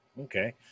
Okay